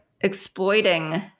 exploiting